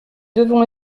devons